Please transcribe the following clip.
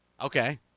Okay